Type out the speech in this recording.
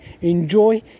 Enjoy